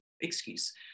excuse